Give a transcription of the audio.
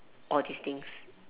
all these things